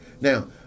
Now